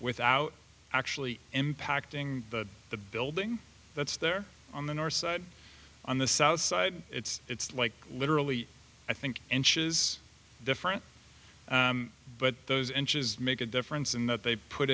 without actually impacting the building that's there on the north side on the south side it's it's like literally i think inches different but those inches make a difference in that they put